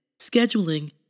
scheduling